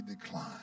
decline